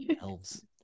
elves